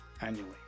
annually